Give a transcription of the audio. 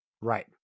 Right